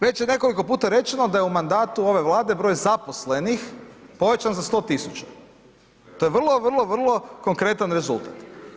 Već je nekoliko puta rečeno da je u mandatu ove Vlade broj zaposlenih povećan za 100 000, to je vrlo, vrlo, vrlo konkretan rezultat.